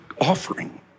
offering